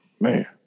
man